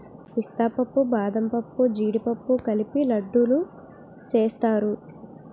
పిస్తా పప్పు బాదంపప్పు జీడిపప్పు కలిపి లడ్డూలు సేస్తారు